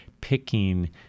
picking